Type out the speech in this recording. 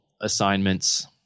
assignments